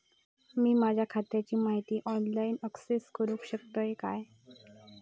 मी माझ्या खात्याची माहिती ऑनलाईन अक्सेस करूक शकतय काय?